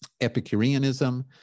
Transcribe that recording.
Epicureanism